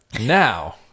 Now